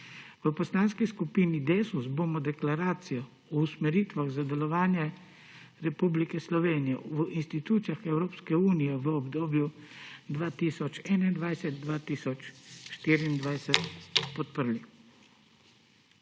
V Poslanski skupini Desus bomo deklaracijo o usmeritvah za delovanje Republike Slovenije v institucijah Evropske unije v obdobju 2021–2024 podprli.